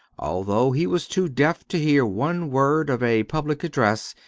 although he was too deaf to hear one word of a public address,